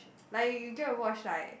like you go and watch like